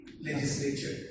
legislature